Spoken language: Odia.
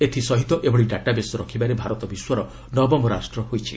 ଏଥିସହିତ ଏଭଳି ଡାଟାବେସ୍ ରଖିବାରେ ଭାରତ ବିଶ୍ୱର ନବମ ରାଷ୍ଟ ହୋଇଛି